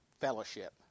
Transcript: fellowship